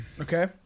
Okay